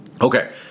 okay